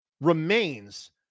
remains